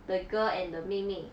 the girl and the 妹妹